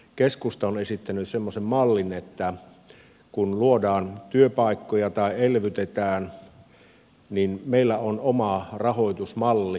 keskusta on esittänyt kun luodaan työpaikkoja tai elvytetään oman rahoitusmallin